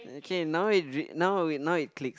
okay now it really now now it click